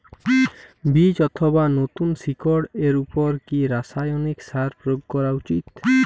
বীজ অথবা নতুন শিকড় এর উপর কি রাসায়ানিক সার প্রয়োগ করা উচিৎ?